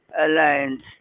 alliance